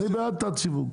אני בעד תת-סיווג.